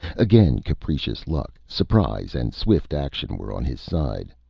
again, capricious luck, surprise, and swift action were on his side.